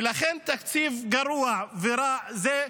ולכן כולנו נרגיש את התקציב הגרוע והרע הזה.